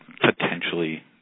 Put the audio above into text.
potentially